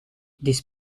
this